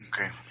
Okay